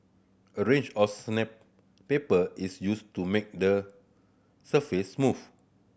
a range of sandpaper is used to make the surface smooth